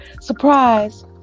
surprise